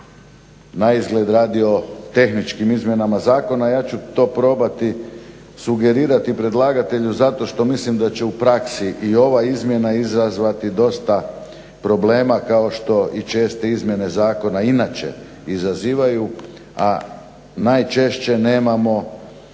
naizgled radi o tehničkim izmjenama zakona. Ja ću to probati sugerirati predlagatelju zato što mislim da će u praksi i ova izmjena izazvati dosta problema kao što i česte izmjene zakona inače izazivaju, a najčešće nemamo